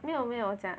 没有没有讲